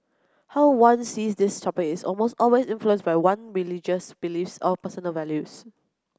how one sees these topics is almost always influenced by one religious beliefs or personal values